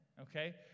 okay